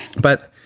but